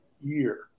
year